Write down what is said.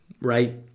right